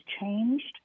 changed